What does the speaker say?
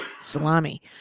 salami